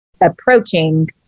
approaching